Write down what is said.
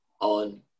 on